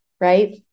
Right